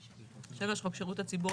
3. חוק שירות הציבור,